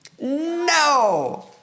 No